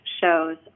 shows